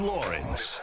Lawrence